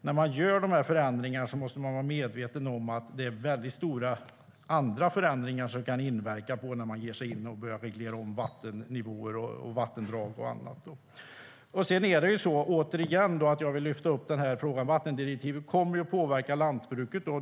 När man gör sådana här förändringar och börjar reglera om vattennivåer och vattendrag måste man vara medveten om att det kan medföra andra väldigt stora förändringar. Återigen vill jag lyfta fram att vattendirektivet kommer att påverka lantbruket.